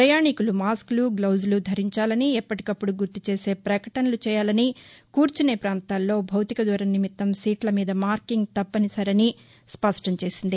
ప్రయాణికులు మాస్క్లు గ్లౌజులు ధరించాలని ఎప్పటికప్పుడు గుర్తు చేసే ప్రకటనలు చేయాలనీ కూర్చునే ప్రాంతాల్లో భౌతిక దూరం నిమిత్తం సీట్ల మీద మార్కింగ్ తప్పనిసరని స్పష్టం చేసింది